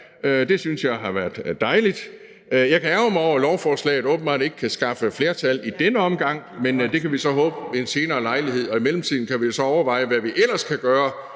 det synes jeg har været dejligt. Jeg kan ærgre mig over, at der åbenbart ikke kan skaffes flertal for lovforslaget i denne omgang, men det kan vi så håbe vil ske ved en senere lejlighed. Og i mellemtiden kan vi jo så overveje, hvad vi ellers kan gøre